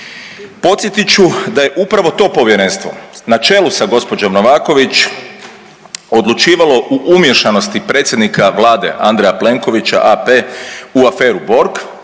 Podsjetit ću da je upravo to povjerenstvo na čelu sa gospođom Novaković odlučivalo o umiješanosti predsjednika Vlade Andreja Plenkovića AP u aferu Borg